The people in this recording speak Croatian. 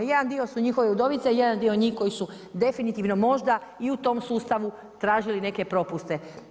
Jedan dio su njihove udovice, jedan dio njih koji su definitivno možda i u tom sustavu tražili neke propuste.